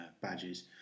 badges